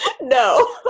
no